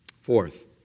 Fourth